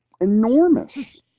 enormous